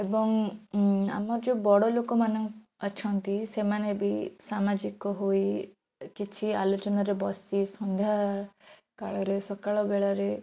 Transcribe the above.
ଏବଂ ଆମର ଯେଉଁ ବଡ଼ଲୋକ ମାନ ଅଛନ୍ତି ସେମାନେ ବି ସାମାଜିକ ହୋଇ କିଛି ଆଲୋଚନାରେ ବସି ସନ୍ଧ୍ୟା କାଳରେ ସକାଳ ବେଳରେ